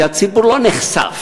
כי הציבור לא נחשף,